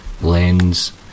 lens